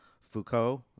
Foucault